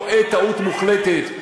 טועה טעות מוחלטת.